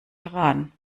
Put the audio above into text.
heran